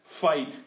fight